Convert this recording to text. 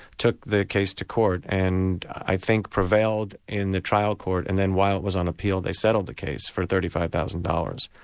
took the case to court, and i think prevailed in the trial court, and then while it was on appeal, they settled the case for thirty five thousand dollars.